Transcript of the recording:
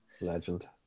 Legend